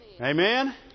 Amen